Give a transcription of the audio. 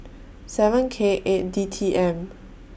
seven K eight D T M